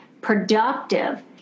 productive